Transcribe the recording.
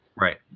Right